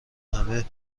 همه